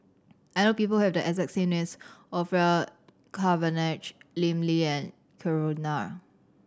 I know people who have the exact name as Orfeur Cavenagh Lim Lee Kram Nair